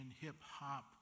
hip-hop